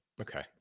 Okay